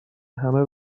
همه